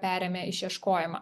perėmė išieškojimą